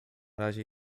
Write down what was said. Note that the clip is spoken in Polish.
razie